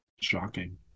Shocking